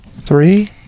three